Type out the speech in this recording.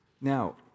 Now